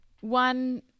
one